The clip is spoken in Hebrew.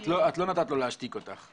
את לא נתת לו להשתיק אותך.